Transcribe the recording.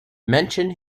mention